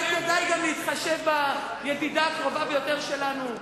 כדאי גם להתחשב בידידה הקרובה ביותר שלנו?